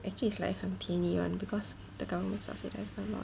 actually is like 很便宜 [one] because the government subsidise the amount